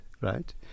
right